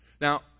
Now